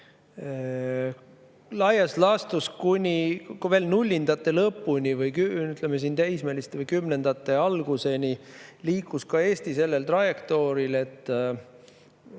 laias laastus kuni veel nullindate lõpuni või, ütleme, kümnendate alguseni liikus ka Eesti sellel trajektooril, et